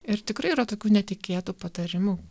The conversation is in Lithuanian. ir tikrai yra tokių netikėtų patarimų